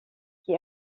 qui